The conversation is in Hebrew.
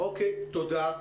תודה.